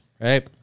right